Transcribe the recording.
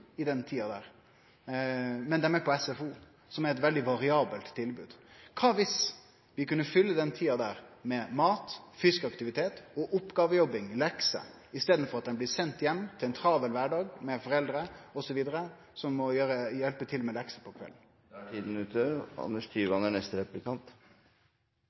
fylle den tida med mat, fysisk aktivitet og oppgåvejobbing, lekser, i staden for at dei blir sende heim til ein travel kvardag, med foreldre osv. som må hjelpe til med leksene på kvelden?